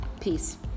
Peace